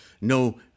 No